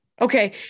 Okay